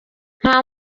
nta